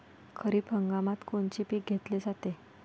खरिप हंगामात कोनचे पिकं घेतले जाते?